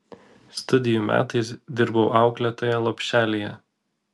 studijų metais dirbau auklėtoja lopšelyje